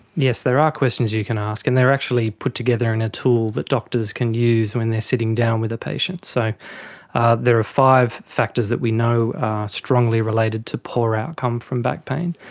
yes, there are questions you can ask, and they are actually put together in a tool that doctors can use when they are sitting down with a patient. so ah there are five factors that we know are strongly related to poor outcome from back pain.